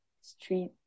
street